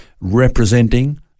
representing